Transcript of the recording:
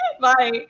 Bye